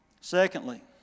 Secondly